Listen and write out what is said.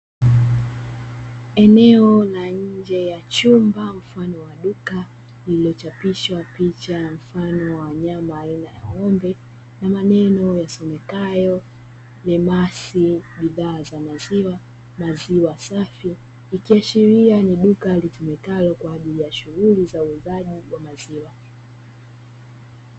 Eneo la nje ya chumba mfano wa duka, lililochapishwa picha mfano wa wanyama aina ya ng'ombe, na maneno yasomekayo "Lemasi bidhaa za maziwa" , "maziwa safi"; ikiashiria ni duka litumikalo kwa ajili ya shughuli za uuzaji wa maziwa.